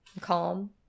calm